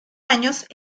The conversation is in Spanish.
años